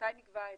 מתי נקבע ההיטל.